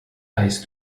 heißt